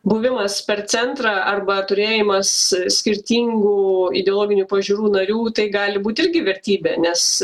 buvimas per centrą arba turėjimas skirtingų ideologinių pažiūrų narių tai gali būt irgi vertybė nes